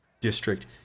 district